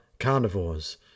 Carnivores